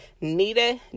nita